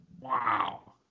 Wow